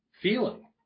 feeling